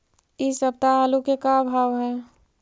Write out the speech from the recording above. इ सप्ताह आलू के का भाव है?